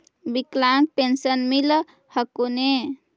विकलांग पेन्शन मिल हको ने?